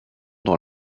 dans